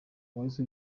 wahise